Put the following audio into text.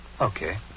Okay